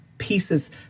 pieces